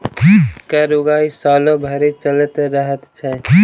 कर उगाही सालो भरि चलैत रहैत छै